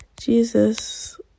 Jesus